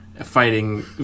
fighting